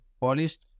polished